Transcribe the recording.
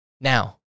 Now